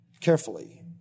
carefully